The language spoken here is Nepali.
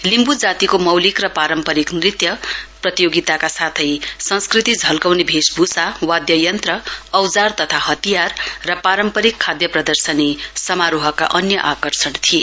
लिम्बु जातिको मौलिक र पारम्परिक नृत्य प्रतियोगिकाका साथै संस्कृति झल्काउने भेषभूषा वाद्ययन्त्र औजार तथा हतियार र पारम्परिक खाद्य प्रदर्शनी समारोहका अन्य आकर्षण थिए